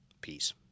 Peace